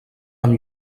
amb